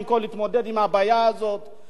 במקום להתמודד עם הבעיה הזאת,